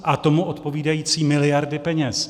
A tomu odpovídající miliardy peněz.